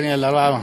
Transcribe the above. קארין אלהרר,